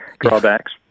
drawbacks